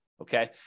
Okay